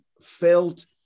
felt